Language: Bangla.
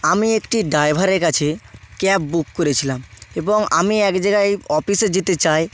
আমি একটি ড্ৰাইভারের কাছে ক্যাব বুক করেছিলাম এবং আমি এক জায়গায় অফিসে যেতে চাই